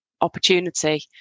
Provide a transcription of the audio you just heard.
opportunity